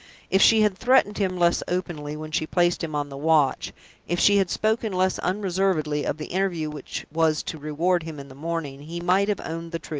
if she had threatened him less openly when she placed him on the watch if she had spoken less unreservedly of the interview which was to reward him in the morning, he might have owned the truth.